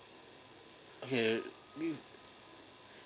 okay